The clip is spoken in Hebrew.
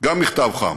גם מכתב חם,